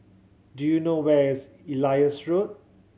do you know where is Elias Road